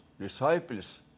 disciples